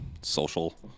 social